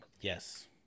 Yes